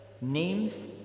names